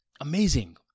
Amazing